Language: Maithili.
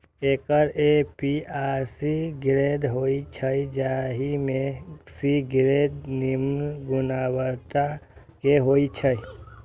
एकर ए, बी आ सी ग्रेड होइ छै, जाहि मे सी ग्रेड निम्न गुणवत्ता के होइ छै